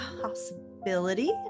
possibility